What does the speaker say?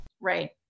Right